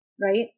Right